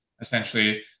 essentially